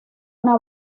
una